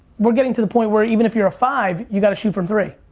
we're getting to the point where even if you're a five, you gotta shoot from three.